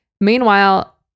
Meanwhile